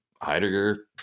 Heidegger